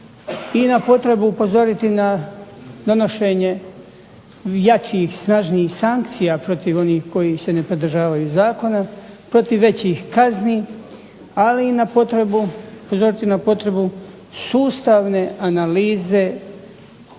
i na potrebu upozoriti na donošenje jačih i snažnijih sankcija protiv onih koji se ne pridržavaju zakona, protiv većih kazni, ali i na potrebu upozoriti na